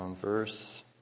verse